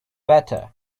better